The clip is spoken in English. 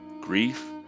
grief